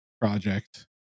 project